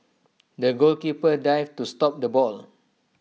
the goalkeeper dived to stop the ball